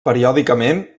periòdicament